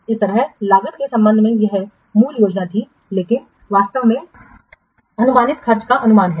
इसी तरह लागत के संबंध में यह मूल योजना थी लेकिन वास्तव में अनुमानित खर्च का अनुमान है